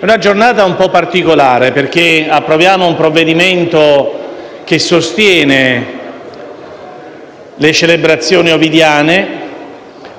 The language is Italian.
è una giornata un po' particolare, perché approviamo un provvedimento che sostiene le celebrazioni ovidiane